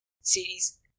series